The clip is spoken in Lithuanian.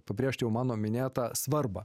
pabrėžti jau mano minėtą svarbą